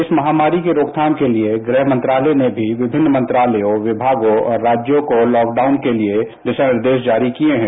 इस महामारी के रोकथाम के लिए गृह मंत्रालय ने भी विभिन्न मंत्रालयों विमागों और राज्यों को लॉकडाउन के लिए दिशा निर्देश जारी किए हैं